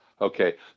Okay